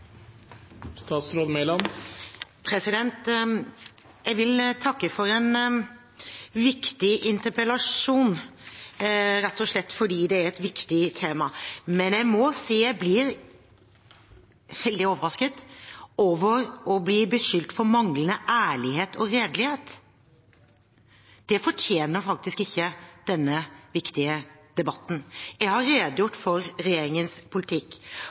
viktig tema, men jeg må si jeg blir veldig overrasket over å bli beskyldt for manglende ærlighet og redelighet. Det fortjener faktisk ikke denne viktige debatten. Jeg har redegjort for regjeringens politikk,